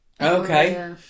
Okay